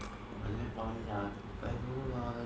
but then find it hard I don't know lah